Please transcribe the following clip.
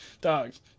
Dogs